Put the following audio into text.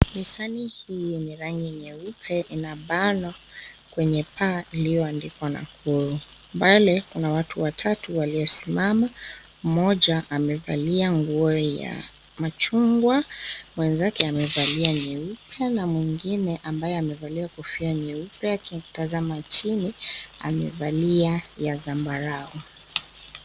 Nissan hii yenye rangi nyeupe ina bango kwenye paa iliyoandikwa Nakuru. Mbele kuna watu watatu waliosimama. Mmoja amevalia nguo ya machungwa, mwenzake amevalia nyeupe na mwengine ambaye amevalia kofia nyeupe akitazama chini amevalia ya zamabarau.